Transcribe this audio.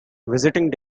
visiting